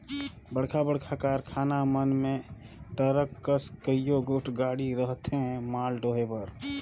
बड़खा बड़खा कारखाना मन में टरक कस कइयो गोट गाड़ी रहथें माल डोहे बर